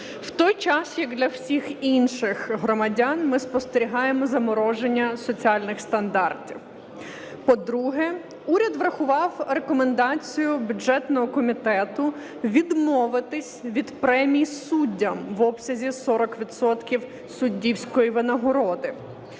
в той час, як для всіх інших громадян ми спостерігаємо замороження соціальних стандартів. По-друге, уряд врахував рекомендацію бюджетного комітету відмовитися від премій суддям в обсязі 40 відсотків суддівської винагороди.